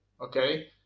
okay